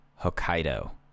hokkaido